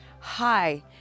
hi